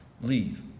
leave